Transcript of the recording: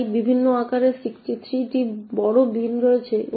তাই বিভিন্ন আকারের 63টি বড় বিন রয়েছে